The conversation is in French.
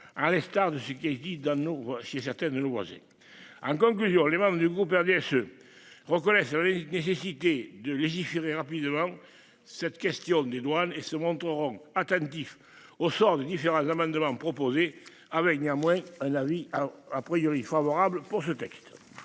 À l'instar de ce qui est dit dans nos chez certaines lois. En conclusion, les membres du groupe RDSE reconnaissent. Nécessité de légiférer rapidement cette question des douanes et se montreront attentifs au sort des différents amendements proposés avec néanmoins à la vie. Alors a priori favorable pour ce texte.